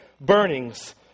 burnings